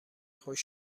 خوش